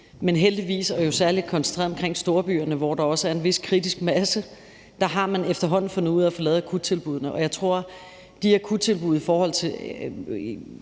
Men heldigvis og jo særlig koncentreret omkring storbyerne, hvor der også er en vis kritisk masse, har man efterhånden fundet ud af at få lave akuttilbuddene. Jeg tror, at det akuttilbud, der ligger